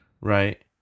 Right